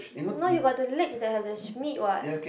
no you got to leg the have the meat what